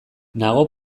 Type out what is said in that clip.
nago